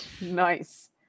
nice